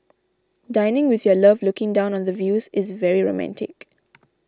dining with your love looking down on the views is very romantic